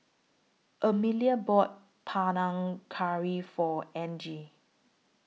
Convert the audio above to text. Amelia bought Panang Curry For Angie